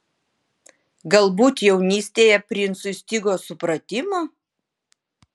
galbūt jaunystėje princui stigo supratimo